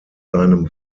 seinem